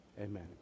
Amen